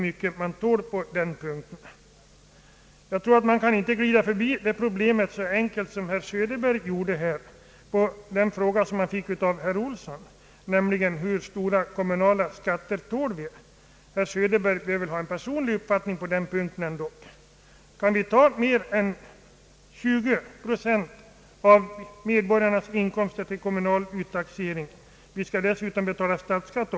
Man kan inte glida förbi detta problem så enkelt som herr Söderberg gjorde här beträffande den fråga han fick av herr Olsson, nämligen hur stora kommunala skatter vi tål. Herr Söderberg bör väl ändå ha en personlig uppfattning på denna punkt. Kan vi ta mer än 20 procent av medborgarnas inkomster i kommunal skatt? Vi skall ju dessutom betala statsskatt.